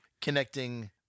connecting